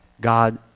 God